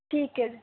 ਠੀਕ ਹੈ ਜੀ